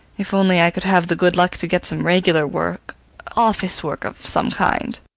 if only i could have the good luck to get some regular work office work of some kind